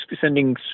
sending